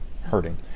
hurting